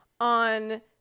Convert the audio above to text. on